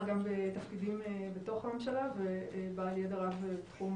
בתפקידים בתוך הממשלה ובעל ידע רב בתחום